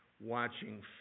watching